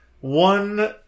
one